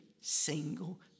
single